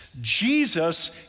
Jesus